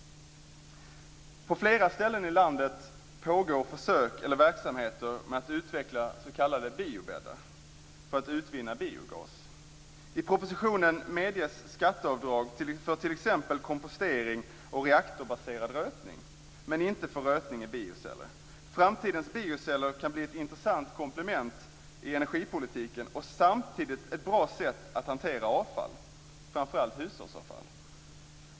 På flera ställen i landet pågår försök att utveckla s.k. biobäddar för att utvinna biogas. I propositionen medges skatteavdrag för t.ex. kompostering och reaktorbaserad rötning, men inte för rötning i bioceller. Framtidens bioceller kan bli ett intressant komplement i energipolitiken och samtidigt ett bra sätt att hantera avfall, framför allt hushållsavfall.